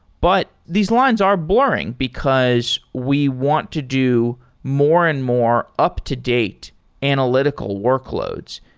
but these lines are blurring, because we want to do more and more up-to-date analytical workloads.